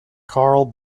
carl